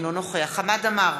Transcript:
אינו נוכח חמד עמאר,